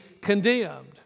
condemned